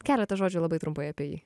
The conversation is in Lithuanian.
keletą žodžių labai trumpai apie jį